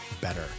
better